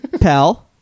pal